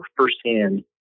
firsthand